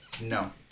No